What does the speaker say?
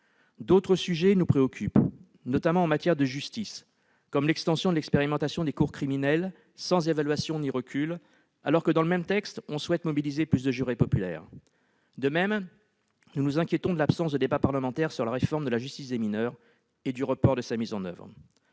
D'autres sujets nous préoccupent, notamment en matière de justice, comme l'extension de l'expérimentation des cours criminelles sans évaluation ni recul, alors que, dans le même texte, on souhaite mobiliser plus de jurys populaires. De même, nous nous inquiétons de l'absence de débat parlementaire sur la réforme de la justice des mineurs et du report de sa mise en oeuvre.